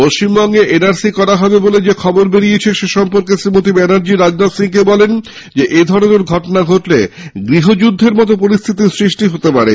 পশ্চিমবঙ্গে N R C করা হবে বলে যে খবর বেরিয়েছে সে সম্পর্কে শ্রীমতি ব্যানার্জী রাজনাথ সিংকে বলেছেন এধরনের ঘটনা ঘটলে গৃহযুদ্ধের মত পরিস্হিতি সৃষ্টি হয়ে যাবে